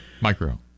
Micro